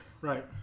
Right